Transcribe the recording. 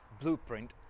blueprint